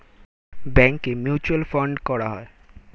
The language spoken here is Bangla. ব্যাংকে মিউচুয়াল ফান্ড করা যায়